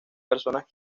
personas